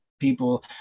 people